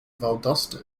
valdosta